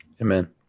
Amen